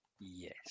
Yes